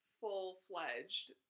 full-fledged